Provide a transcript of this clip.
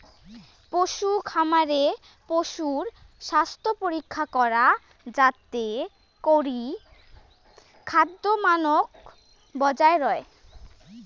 পশুখামারে পশুর স্বাস্থ্যপরীক্ষা করা যাতে করি খাদ্যমানক বজায় রয়